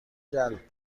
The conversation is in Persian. جلب